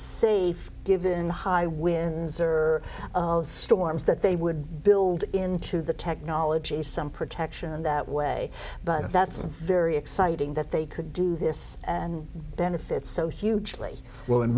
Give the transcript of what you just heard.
safe given the high winds or storms that they would build into the technology some protection that way but that's very exciting that they could do this and benefit so hugely w